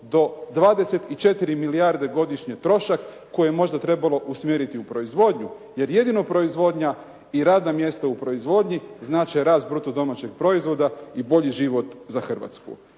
do 24 milijarde godišnje trošak koje je možda trebalo usmjeriti u proizvodnju, jer jedino proizvodnja i radna mjesta u proizvodnji znače rast bruto domaćeg proizvoda i bolji život za Hrvatsku.